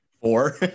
Four